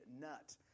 Nut